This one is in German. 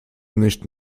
nicht